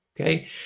okay